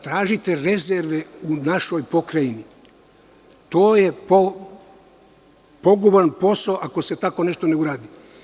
Tražite rezerve u našoj Pokrajini, to je poguban posao ako se tako nešto ne uradi.